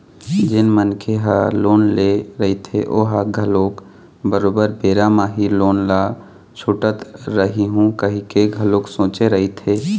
जेन मनखे ह लोन ले रहिथे ओहा घलोक बरोबर बेरा म ही लोन ल छूटत रइहूँ कहिके घलोक सोचे रहिथे